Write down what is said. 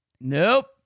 Nope